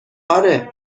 آره